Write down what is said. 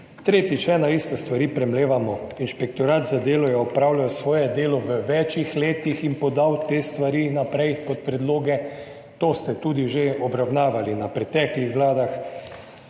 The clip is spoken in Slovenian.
ene in iste stvari. Inšpektorat za delo je opravljal svoje delo v več letih in podal te stvari naprej kot predloge. To ste tudi že obravnavali v preteklih vladah.